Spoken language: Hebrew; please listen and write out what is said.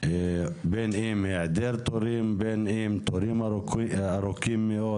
בין אם היעדר תורים, בין אם תורים ארוכים מאוד.